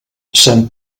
sant